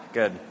good